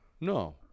no